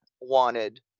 wanted